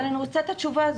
אבל אני רוצה תשובה.